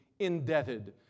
indebted